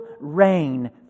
reign